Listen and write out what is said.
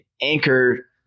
anchor